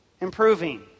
Improving